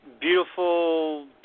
Beautiful